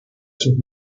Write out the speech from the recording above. sus